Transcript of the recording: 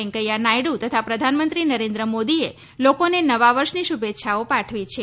વેંકૈયા નાયડુ તથા પ્રધાનમંત્રી નરેન્દ્ર મોદીએ લોકોને નવા વર્ષની શુભેચ્છાઓ પાઠવી છે